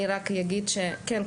אני רק אגיד שכן,